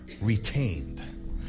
retained